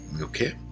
okay